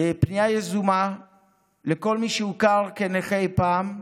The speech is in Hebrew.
פנייה יזומה לכל מי שהוכר כנכה אי פעם,